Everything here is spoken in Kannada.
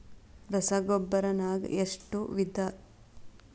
ರಸಗೊಬ್ಬರ ನಾಗ್ ಎಷ್ಟು ವಿಧ?